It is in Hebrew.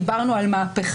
דיבו על מהפכה,